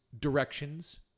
directions